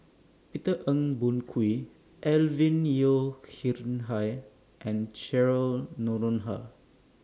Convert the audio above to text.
Peter Ong Boon Kwee Alvin Yeo Khirn Hai and Cheryl Noronha